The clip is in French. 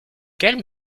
quel